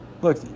Look